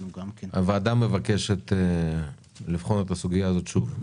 הוועדה מבקשת לבחון את הסוגיה הזאת שוב.